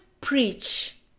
preach